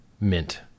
mint